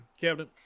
Captain